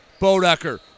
Bodecker